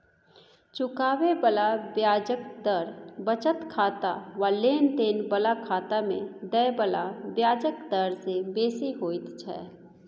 चुकाबे बला ब्याजक दर बचत खाता वा लेन देन बला खाता में देय बला ब्याजक डर से बेसी होइत छै